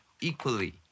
equally